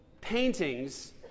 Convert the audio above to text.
paintings